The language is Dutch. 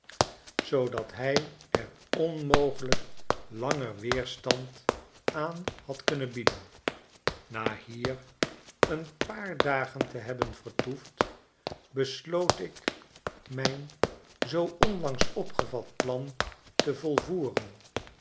zoodat hij er onmogelijk langer weerstand aan had kunnen bieden na hier een paar dagen te hebben vertoefd besloot ik mijn zoo onlangs opgevat plan te volvoeren